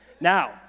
Now